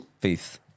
Faith